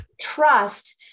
trust